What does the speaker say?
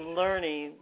learning